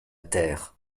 terre